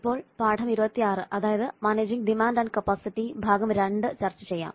ഇപ്പോ പാഠം 26 അതായത് മാനേജിങ് ഡിമാൻഡ് ആൻഡ് കപ്പാസിറ്റി ഭാഗം 2 ചർച്ച ചെയ്യാം